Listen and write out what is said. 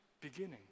beginning